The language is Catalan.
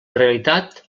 realitat